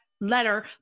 letter